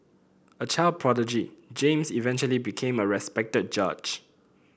a child prodigy James eventually became a respected judge